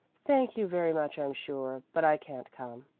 thank you very much i'm sure, but i can't come,